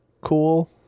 cool